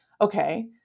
Okay